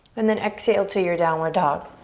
and then exhale to your downward dog.